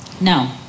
No